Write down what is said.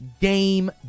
game